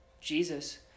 Jesus